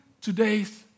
today's